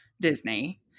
Disney